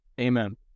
Amen